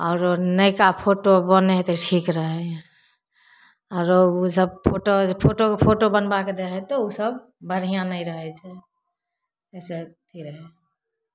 आओर नएका फोटो बनै हइ तऽ ठीक रहै हइ आओर ओसब फोटो फोटोके फोटो बनबा कऽ दै हइ तऽ ओसब बढ़िआँ नहि रहै छै अइसे अथी रहै